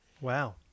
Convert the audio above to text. Wow